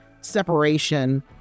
separation